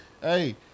hey